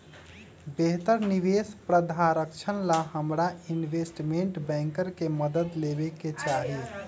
बेहतर निवेश प्रधारक्षण ला हमरा इनवेस्टमेंट बैंकर के मदद लेवे के चाहि